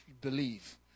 believe